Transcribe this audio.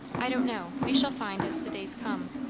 i don't know. we shall find as the days come.